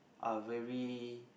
are very